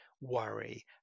worry